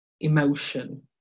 emotion